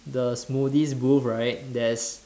the smoothies booth right there's